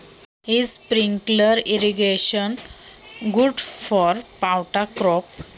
पावटा या पिकासाठी स्प्रिंकलर सिंचन चांगले आहे का?